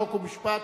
חוק ומשפט,